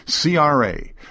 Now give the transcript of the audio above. CRA